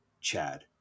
Chad